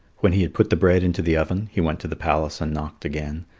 when he had put the bread into the oven, he went to the palace and knocked again,